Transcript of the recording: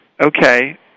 okay